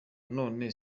none